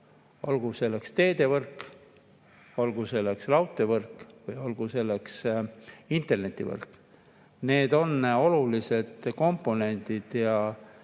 olgu selleks [maan]teevõrk, olgu selleks raudteevõrk või olgu selleks internetivõrk. Need on olulised komponendid ja